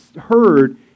heard